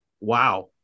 Wow